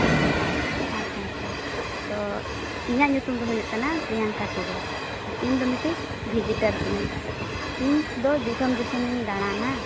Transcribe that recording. ᱟᱪᱪᱷᱟ ᱟᱪᱪᱷᱟ ᱟᱪᱪᱷᱟ ᱛᱚ ᱤᱧᱟᱹᱜ ᱧᱩᱛᱩᱢ ᱫᱚ ᱦᱩᱭᱩᱜ ᱠᱟᱱᱟ ᱯᱨᱤᱭᱟᱝᱠᱟ ᱴᱩᱰᱩ ᱟᱨ ᱤᱧᱫᱚ ᱢᱤᱫᱴᱤᱡ ᱵᱷᱤᱡᱤᱴᱟᱨ ᱠᱟᱹᱱᱟᱹᱧ ᱤᱧᱫᱚ ᱫᱤᱥᱚᱢ ᱫᱚᱥᱚᱢ ᱤᱧ ᱫᱟᱬᱟᱱᱟ